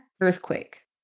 earthquake